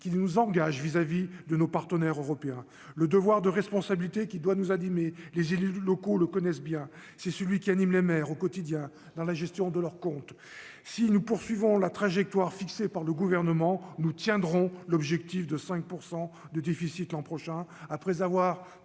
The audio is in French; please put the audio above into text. qui nous engage vis à vis de nos partenaires européens le devoir de responsabilité qui doit nous a dit, mais les élus locaux le connaissent bien, c'est celui qui anime au quotidien dans la gestion de leurs comptes si nous poursuivons la trajectoire fixée par le gouvernement, nous tiendrons l'objectif de 5 % de déficit l'an prochain après avoir